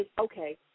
Okay